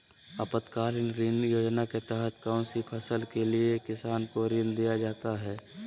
आपातकालीन ऋण योजना के तहत कौन सी फसल के लिए किसान को ऋण दीया जाता है?